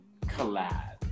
collab